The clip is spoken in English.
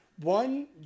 one